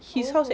oh